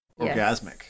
Orgasmic